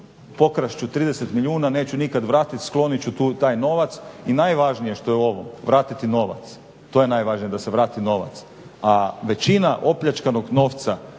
pokrasti ću 30 milijuna neću nikada vratiti, skloniti ću tu taj novac. I najvažnije što je ovo, vratiti novac, to je najvažnije da se vrati novac. A većina opljačkanog novca